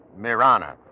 Mirana